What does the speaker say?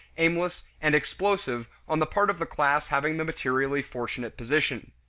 aimless, and explosive on the part of the class having the materially fortunate position.